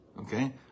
Okay